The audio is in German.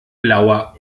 blauer